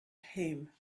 him